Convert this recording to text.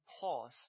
pause